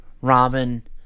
Robin